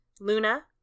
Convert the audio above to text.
Luna